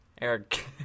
Eric